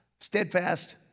Steadfast